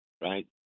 right